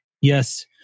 yes